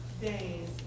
days